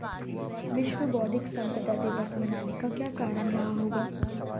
विश्व बौद्धिक संपदा दिवस मनाने का क्या कारण रहा होगा?